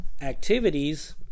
activities